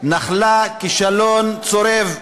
נחלה כישלון צורב,